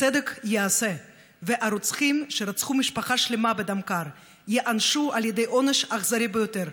הצדק ייעשה והרוצחים שרצחו משפחה שלמה בדם קר ייענשו בעונש אכזרי ביותר.